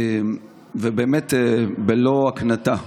ובלא הקנטה.